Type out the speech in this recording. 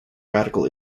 radical